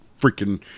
freaking